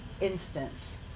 instance